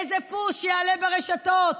איזה פוש יעלה ברשתות,